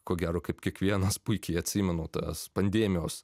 ko gero kaip kiekvienas puikiai atsimenu tas pandemijos